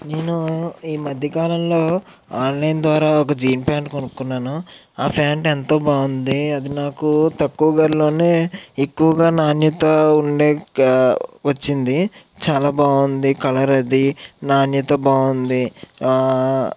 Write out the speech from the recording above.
నేను ఈ మధ్య కాలంలో ఆన్లైన్ ద్వారా ఒక జీన్ ప్యాంట్ కొనుక్కున్నాను ఆ ప్యాంట్ ఎంతో బాగుంది అది నాకు తక్కువ ధరలోనే ఎక్కువగా నాణ్యత ఉండే క వచ్చింది చాలా బాగుంది కలర్ అది నాణ్యత బాగుంది